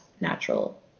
natural